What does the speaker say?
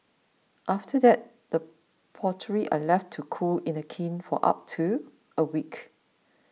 after that the pottery are left to cool in the kiln for up to a week